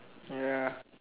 ya